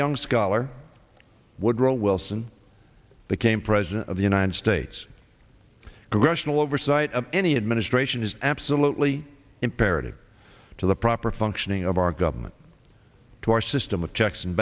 young scholar woodrow wilson that came president of the united states who rational oversight of any administration is absolutely imperative to the proper functioning of our government to our system of checks and